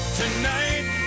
tonight